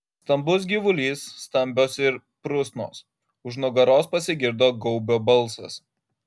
stambus gyvulys stambios ir prusnos už nugaros pasigirdo gaubio balsas